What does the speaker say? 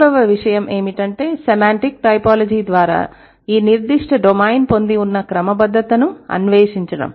మూడవ విషయం ఏమిటంటేసెమాంటిక్ టైపోలాజీ ద్వారా ఈ నిర్ధిష్ట డొమైన్ పొంది ఉన్న క్రమబద్ధతను అన్వేషించడం